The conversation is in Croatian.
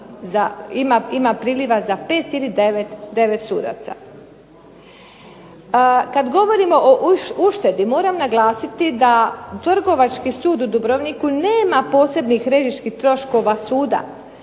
ima priliva za 5,9 sudaca. Kad govorimo o uštedi, moram naglasiti da Trgovački sud u Dubrovniku nema posebnih …/Ne razumije se./… troškova suda.